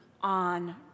on